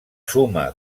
suma